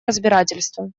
разбирательства